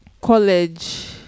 College